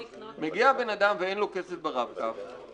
מגיע בן אדם ואין לו כסף ברב קו,